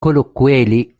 colloquially